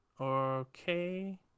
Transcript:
Okay